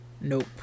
nope